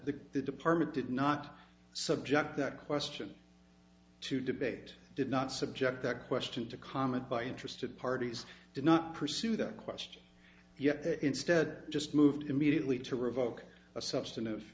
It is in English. t the department did not subject that question to debate did not subject that question to comment by interested parties did not pursue that question yet instead just moved immediately to revoke a substantive